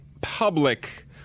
public